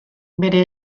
bere